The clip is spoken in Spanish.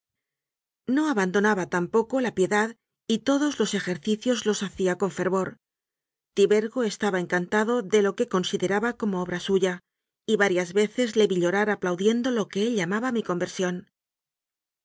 no abandonaba tampoco la piedad y todos los ejercicios los hacía con fervor tibergo estaba encantado de lo que consideraba como obra suya y varias veces le vi llorar aplaudiendo lo que él llamaba mi conversión